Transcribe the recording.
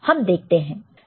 हम देखते हैं